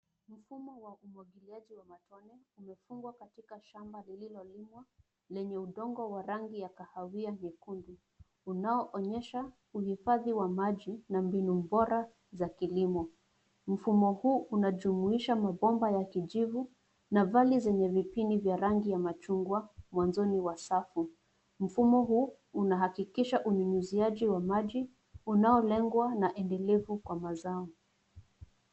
Mfumo wa umwagiliaji wa matone umefungwa katika shamba lililolimwa, lenye udongo wenye rangi ya kahawia nyekundu, unaonyesha uhifadhi wa maji na mbinu bora za kilimo. Mfumo huu unajumuisha mabomba ya kijivu, na vali zenye vipini vya rangi ya machungwa mwanzoni mwa safu. Mfumo huu unahakikisha unyunyuziaji wa maji, unaolengwa na endelevu wa mazao.